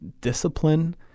discipline